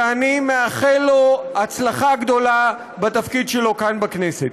ואני מאחל לו הצלחה גדולה בתפקיד שלו כאן בכנסת.